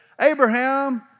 Abraham